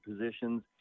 positions